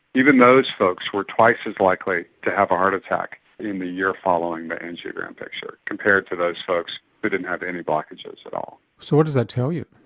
even those folks were twice as likely to have a heart attack in the year following the angiogram picture compared to those folks who but didn't have any blockages at all. so what does that tell you?